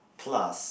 plus